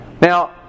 Now